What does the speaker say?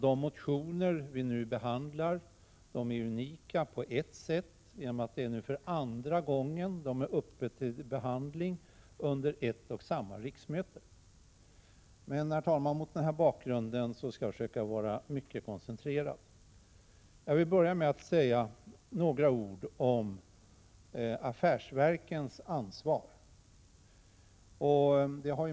De motioner som vi nu behandlar är unika så till vida att de är uppe till behandling för andra gången under ett och samma riksmöte. Mot denna bakgrund, herr talman, skall jag försöka vara mycket koncentrerad i mitt inlägg. Låt mig börja med att säga några ord om affärsverkens ansvar.